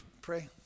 pray